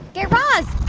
guy raz.